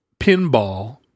pinball